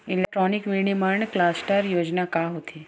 Electronic विनीर्माण cluster योजना का होथे?